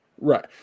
Right